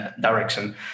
direction